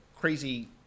crazy